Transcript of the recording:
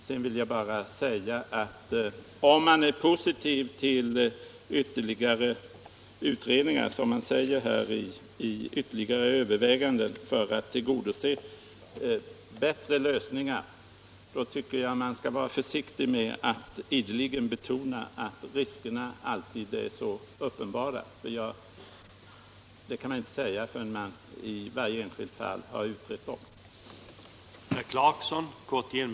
Sedan vill jag bara säga att om man, som man säger, är positiv till ytterligare överväganden för att tillgodose bättre lösningar, tycker jag man bör vara försiktig med att ideligen betona att riskerna alltid är så uppenbara. Det kan man inte med fog påstå förrän man har utrett dem.